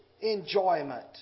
enjoyment